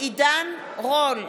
עידן רול,